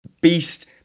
beast